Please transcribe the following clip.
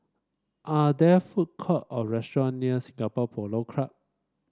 are there food court or restaurant near Singapore Polo Club